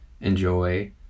enjoy